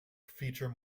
feature